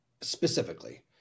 specifically